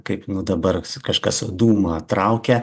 kaip nu dabar kažkas dūmą traukia